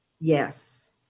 Yes